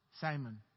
Simon